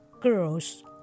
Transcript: Girls